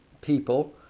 people